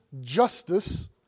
justice